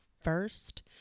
first